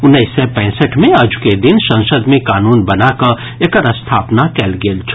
उन्नैस सय पैंसठि मे अजुके दिन संसद मे कानून बना कऽ एकर स्थापना कयल गेल छल